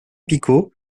picaud